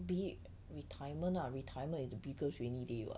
be it retirement lah retirement is the biggest rainy day